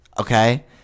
Okay